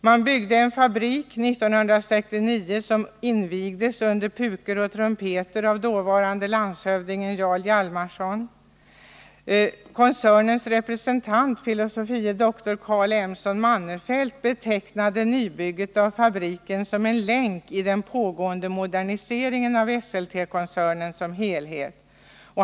Man byggde en fabrik 1969, som invigdes med pukor och trumpeter av dåvarande landshövdingen Jarl Hjalmarson. Koncernens representant fil. dr Carl M:son Mannerfelt betecknade nybygget av fabriken som en länk i den pågående moderniseringen av Esseltekoncernen som helhet.